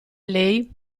lei